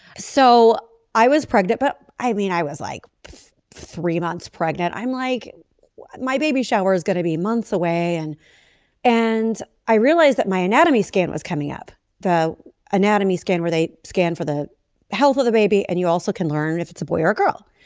so i was pregnant but i mean i was like three months months pregnant. i'm like my baby shower is gonna be months away. and and i realized that my anatomy scan was coming up the anatomy scan where they scan for the health of the baby and you also can learn if it's a boy or a girl.